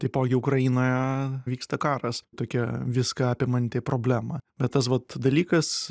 taipogi ukrainoje vyksta karas tokia viską apimanti problema bet tas vat dalykas